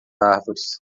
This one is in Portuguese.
árvores